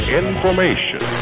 information